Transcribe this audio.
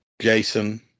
Jason